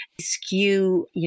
skew